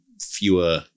fewer